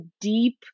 deep